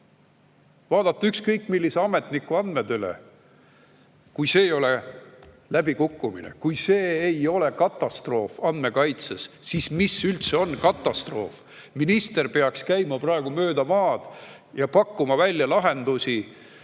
vaadata ükskõik millise ametniku andmed üle. Kui see ei ole läbikukkumine, kui see ei ole katastroof andmekaitses, siis mis üldse on katastroof? Minister peaks käima praegu mööda maad ja pakkuma välja lahendusi,